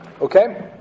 Okay